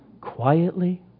quietly